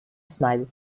smile